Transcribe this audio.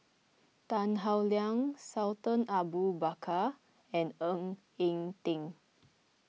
Tan Howe Liang Sultan Abu Bakar and Ng Eng Teng